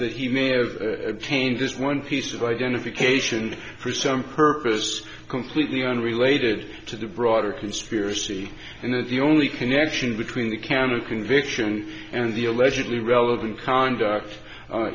that he may have obtained this one piece of identification for some purpose completely unrelated to the broader conspiracy and the only connection between the camera conviction and the allegedly relevant conduct